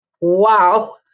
Wow